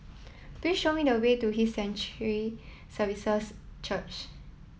please show me the way to His Sanctuary Services Church